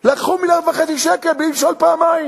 לקחו 1.5 מיליארד שקל בלי לשאול פעמיים,